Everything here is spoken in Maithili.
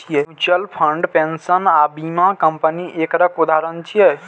म्यूचुअल फंड, पेंशन आ बीमा कंपनी एकर उदाहरण छियै